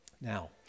now